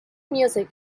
music